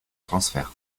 transfert